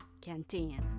canteen